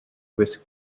with